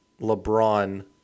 LeBron